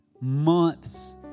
months